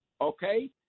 okay